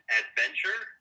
adventure